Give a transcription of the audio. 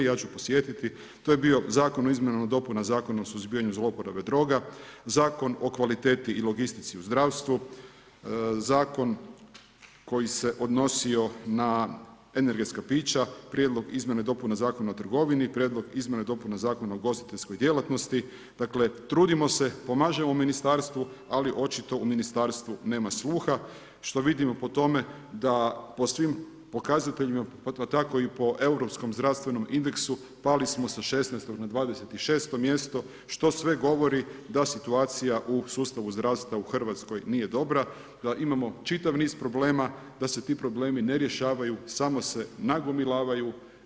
Ja ću podsjetiti, to je bio Zakon o izmjenama i dopunama zakona o suzbijanju zloporabe droga, Zakon o kvaliteti i logistici u zdravstvu, Zakon koji se odnosio na energetska pića, Prijedlog izmjene i dopune zakona o trgovini, Prijedlog izmjene i dopune zakona o ugostiteljskoj djelatnosti, dakle, trudimo se, pomažemo Ministarstvu, ali očito u Ministarstvu nema sluha što vidimo po tome da po svim pokazateljima, pa tako i po europskom zdravstvenom indeksu pali smo sa 16. na 26. mjesto što sve govori da situacija u sustavu zdravstva u RH nije dobra, da imamo čitav niz problema, da se ti problemi ne rješavaju, samo se nagomilavaju.